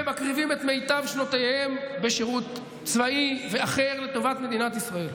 ומקריבים את מיטב שנותיהם בשירות צבאי ואחר לטובת מדינת ישראל.